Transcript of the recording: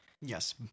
Yes